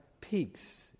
peaks